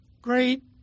great